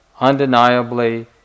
undeniably